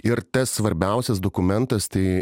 ir tas svarbiausias dokumentas tai